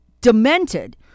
demented